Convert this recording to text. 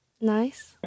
Nice